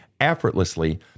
effortlessly